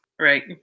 right